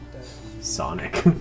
Sonic